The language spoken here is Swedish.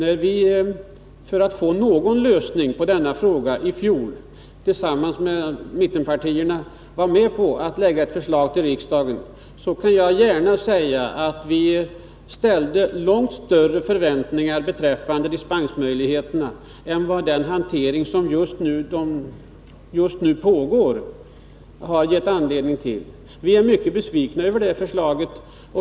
Vi gick, för att få någon lösning på frågan i fjol, tillsammans med mittenpartierna med på att lägga fram ett förslag till riksdagen. Vi hyste långt större förväntningar beträffande dispensmöjligheter än vad den hantering som just nu pågår ger anledning till. Vi är mycket besvikna över förslaget.